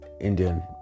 Indian